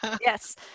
Yes